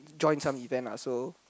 join some event lah so